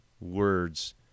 Words